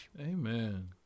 Amen